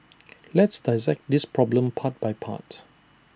let's dissect this problem part by part